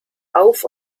auf